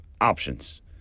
options